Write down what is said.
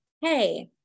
hey